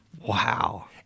Wow